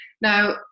Now